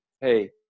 hey